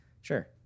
sure